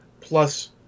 plus